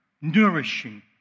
nourishing